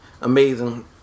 Amazing